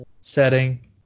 setting